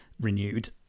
renewed